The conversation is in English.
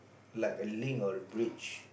like a link or a bridge